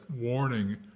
warning